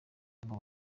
ngo